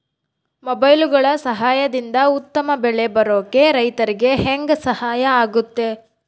ಮೊಬೈಲುಗಳ ಸಹಾಯದಿಂದ ಉತ್ತಮ ಬೆಳೆ ಬರೋಕೆ ರೈತರಿಗೆ ಹೆಂಗೆ ಸಹಾಯ ಆಗುತ್ತೆ?